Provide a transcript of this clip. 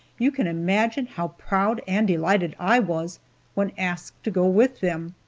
you can imagine how proud and delighted i was when asked to go with them.